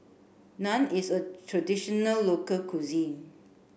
Naan is a traditional local cuisine